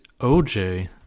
OJ